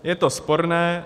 Je to sporné.